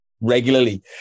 regularly